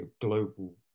global